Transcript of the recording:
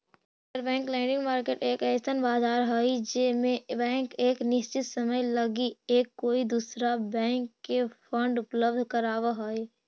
interbank lending market एक अइसन बाजार हई जे में बैंक एक निश्चित समय लगी एक कोई दूसरा बैंक के फंड उपलब्ध कराव हई